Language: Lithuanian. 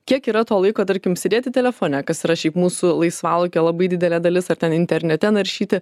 kiek yra to laiko tarkim sėdėti telefone kas yra šiaip mūsų laisvalaikio labai didelė dalis ar ten internete naršyti